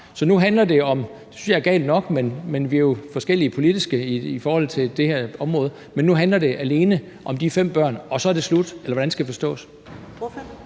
så det nu – og det synes jeg er galt nok, men vi er jo politisk set forskellige i forhold til det her område – alene handler om de fem børn, og så er det slut, eller hvordan skal det forstås?